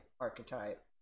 archetype